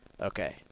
okay